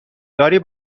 داری